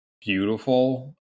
beautiful